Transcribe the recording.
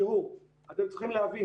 אתם צריכים להבין,